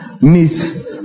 Miss